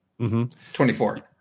24